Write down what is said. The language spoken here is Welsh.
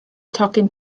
tocyn